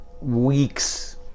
weeks